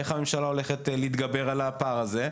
איך הממשלה הולכת להתגבר על הפער הזה.